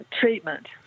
Treatment